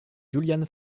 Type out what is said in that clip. julián